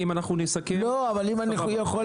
רגע, אולי אני אשמיע